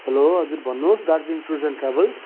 hello हजुर भन्नुहोस् Darjeeling tours and travels